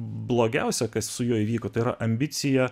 blogiausia kas su juo įvyko tai yra ambicija